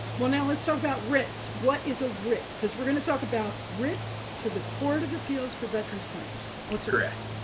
well now let's talk so about writs. what is a writ? because we're going to talk about writs to the court of appeals for veterans claims. what's a writ?